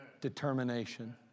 Determination